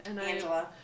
Angela